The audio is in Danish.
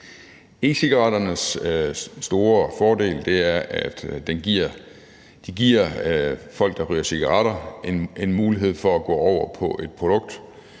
E-cigaretternes store fordel er, at de giver folk, der ryger cigaretter, en mulighed for at gå over til et produkt,